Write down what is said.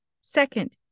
Second